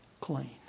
clean